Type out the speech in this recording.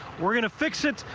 we're going to fix it.